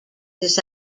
this